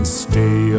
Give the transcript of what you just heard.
stay